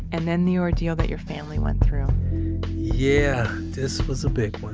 and then the ordeal that your family went through yeah, this was a big one.